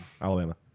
Alabama